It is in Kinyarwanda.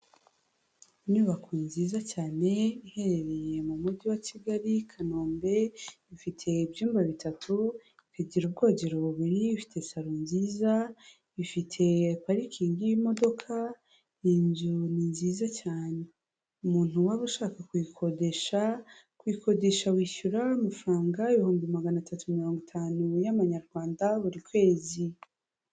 Inyubako nziza cyane iherereye mu mujyi wa Kigali, i Kanombe ifite ibyumba bitatu, ikagira ubwogero bubiri, ifite salon nziza bifite parikingi y'imodoka, iyi nzu ni nziza cyane. Umuntu waba ushaka kuyikodesha, kuyikodesha wishyura amafaranga ibihumbi magana atatu mirongo itanu y'amanyarwanda buri kwezi.